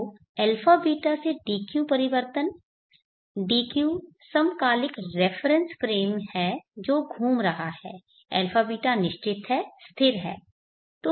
तो αβ से dq परिवर्तन dq समकालिक रेफरेन्स फ्रेम है जो घूम रहा है α β निश्चित है स्थिर है